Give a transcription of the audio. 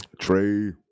Trey